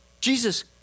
Jesus